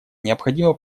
необходимо